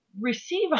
receive